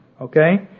Okay